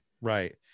Right